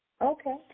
Okay